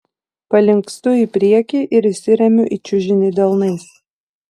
palinkstu į priekį ir įsiremiu į čiužinį delnais